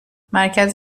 مرکز